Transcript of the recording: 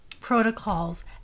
protocols